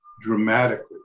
dramatically